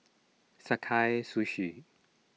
Sakae Sushi